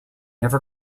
never